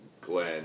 Glenn